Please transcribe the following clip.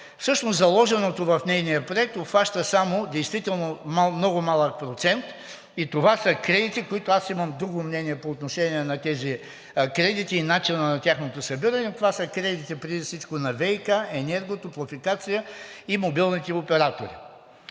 Всъщност заложеното в нейния проект обхваща само действително много малък процент и това са кредити, които – аз имам друго мнение по отношение на тези кредити и начина на тяхното събиране, това са кредити преди всичко на ВиК, Енергото, „Топлофикация“ и мобилните оператори.